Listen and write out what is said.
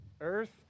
Earth